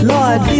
Lord